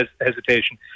hesitation